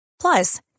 Plus